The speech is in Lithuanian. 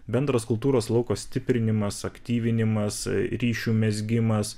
bendras kultūros lauko stiprinimas aktyvinimas ryšių mezgimas